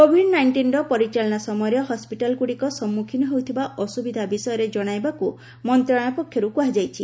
Covid ନାଇଷ୍ଟିନ୍ର ପରିଚାଳନା ସମୟରେ ହସ୍କିଟାଲ୍ ଗୁଡ଼ିକ ସମ୍ମୁଖୀନ ହେଉଥିବା ଅସୁବିଧା ବିଷୟରେ ଜଣାଇବାକୁ ମନ୍ତ୍ରଣାଳୟ ପକ୍ଷରୁ କୁହାଯାଇଛି